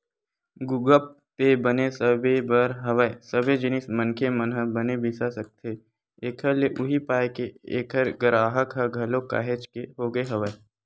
गुगप पे बने सबे बर हवय सबे जिनिस मनखे मन ह बने बिसा सकथे एखर ले उहीं पाय के ऐखर गराहक ह घलोक काहेच के होगे हवय